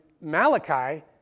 Malachi